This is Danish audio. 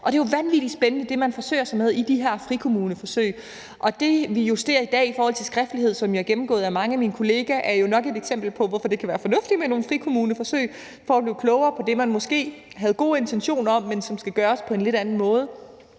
Og det er der brug for. Det, man forsøger sig med i de her frikommuneforsøg, er jo vanvittig spændende. Og det, vi ser i dag i forhold til skriftlighed, som er gennemgået af mange af min kollegaer, er jo nok et eksempel på, hvorfor det kan være fornuftigt med nogle frikommuneforsøg for at blive klogere på det, man måske havde gode intentioner om, men som skal gøres på en lidt anden måde.